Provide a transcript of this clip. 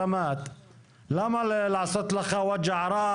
למה לעשות לך ווג'ערס,